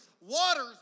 waters